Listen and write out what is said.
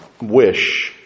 wish